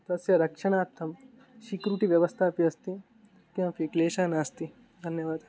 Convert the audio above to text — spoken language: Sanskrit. तस्य रक्षणार्थं सिक्युरिटि व्यवस्था अपि अस्ति किमपि क्लेशः नास्ति धन्यवादः